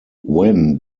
when